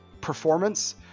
performance